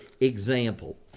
example